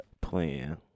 plan